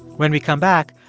when we come back,